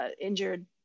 injured